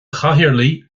chathaoirligh